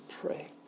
pray